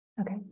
Okay